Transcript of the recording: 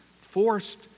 forced